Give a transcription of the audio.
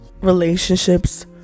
relationships